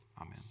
Amen